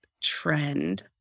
trend